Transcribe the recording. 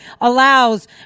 allows